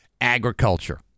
agriculture